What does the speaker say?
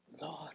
Lord